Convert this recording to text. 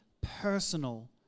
personal